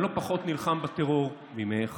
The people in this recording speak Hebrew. אני לא פחות נלחם בטרור ממך